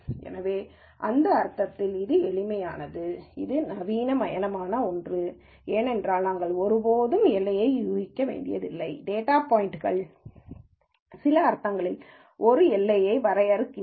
எனவே அந்த அர்த்தத்தில் அது எளிமையானது இது அதிநவீனமான ஒன்றிலும் உள்ளது ஏனென்றால் நாம் ஒருபோதும் ஒரு எல்லையை யூகிக்க வேண்டியதில்லை டேட்டா பாய்ன்ட்கள் சில அர்த்தங்களில் ஒரு எல்லையை வரையறுக்கின்றன